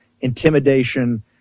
intimidation